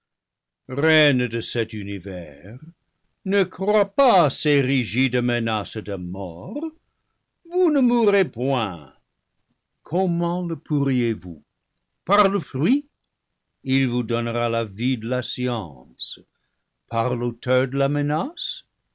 reine de cet univers ne crois pas ces rigides menaces de mort vous ne mourrez point comment le pourriez-vous par le fruit il vous donnera la vie de la science par l'auteur de la menace